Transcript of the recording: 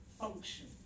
function